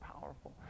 powerful